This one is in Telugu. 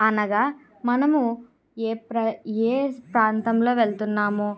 అనగా మనము ఏ ప్రా ఏ ప్రాంతంలో వెళ్తున్నామో